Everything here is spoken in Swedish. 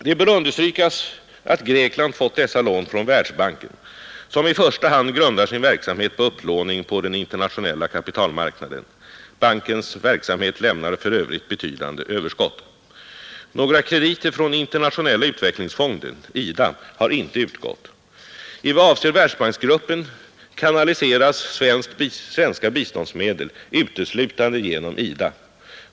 Det bör understrykas att Grekland fått dessa lån från Världsbanken, som i första hand grundar sin verksamhet på upplåning på den internationella kapitalmarknaden. Bankens verksamhet lämnar för övrigt betydande överskott. Några krediter från Internationella utvecklingsfonden, IDA, har inte utgått. I vad avser världsbanksgruppen kanaliseras svenska biståndsmedel uteslutande genom IDA.